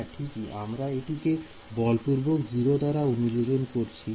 হ্যাঁ ঠিকই আমরা এটিকে বলপূর্বক 0 দাঁড়া অনুযোজন করছি